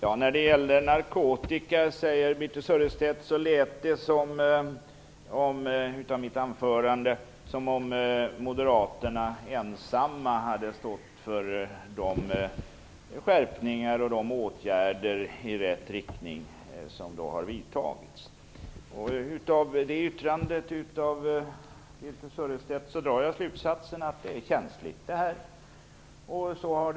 Herr talman! Birthe Sörestedt säger att det i mitt anförande lät som om Moderaterna ensamma stod för de skärpningar och åtgärder i rätt riktning som har vidtagits. Av det yttrandet av Birthe Sörestedt drar jag slutsatsen att det här är känsligt för socialdemokraterna.